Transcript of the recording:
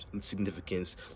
significance